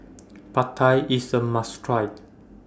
Pad Thai IS A must Try